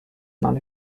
non